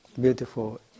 beautiful